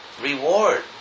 reward